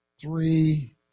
three